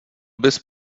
bys